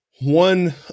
one